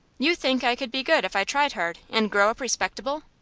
you think i could be good if i tried hard, and grow up respectable?